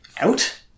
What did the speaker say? out